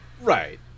Right